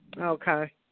okay